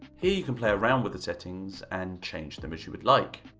here you can play around with the settings and change them as you would like.